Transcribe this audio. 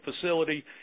facility